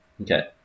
Okay